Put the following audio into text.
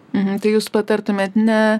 uhu tai jūs patartumėt ne